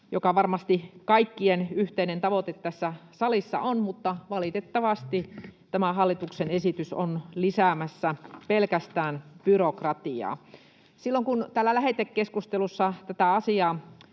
joka varmasti kaikkien yhteinen tavoite tässä salissa on, mutta valitettavasti tämä hallituksen esitys on lisäämässä pelkästään byrokratiaa. Kun täällä lähetekeskustelussa tätä asiaa